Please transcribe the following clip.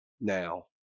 now